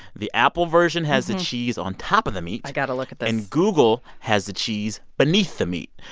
the apple version has the cheese on top of the meat i got to look at this and google has the cheese beneath the meat.